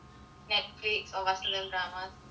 Netflix or vasantham dramas